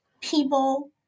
people